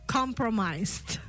compromised